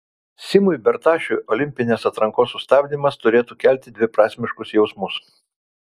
simui bertašiui olimpinės atrankos sustabdymas turėtų kelti dviprasmiškus jausmus